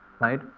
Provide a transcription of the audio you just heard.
right